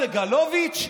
את סגלוביץ'